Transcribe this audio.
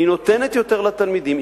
היא נותנת יותר לתלמידים,